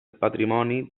patrimoni